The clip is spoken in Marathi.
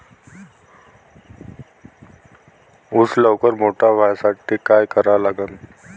ऊस लवकर मोठा व्हासाठी का करा लागन?